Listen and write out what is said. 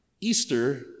Easter